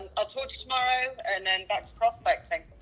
i'll talk to you tomorrow and then back to prospecting.